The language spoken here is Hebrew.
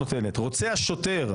ואני מבקש שזה גם יופיע,